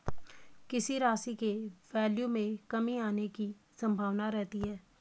किसी राशि के वैल्यू में कमी आने की संभावना रहती है